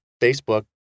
Facebook